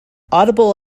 audible